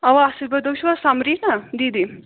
اَوا اَصٕل پٲٹھۍ تُہۍ چھُوا سَمبریٖنا دیٖدی